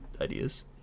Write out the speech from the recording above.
ideas